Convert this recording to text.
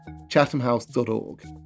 chathamhouse.org